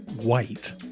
white